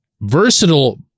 versatile